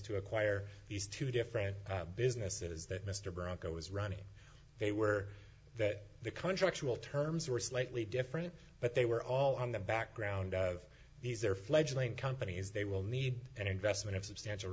to acquire these two different businesses that mr bronco was running they were that the country actual terms were slightly different but they were all on the background of these their fledgling companies they will need an investment of substantial